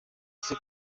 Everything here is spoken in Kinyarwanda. ese